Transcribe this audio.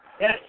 yes